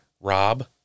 Rob